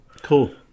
Cool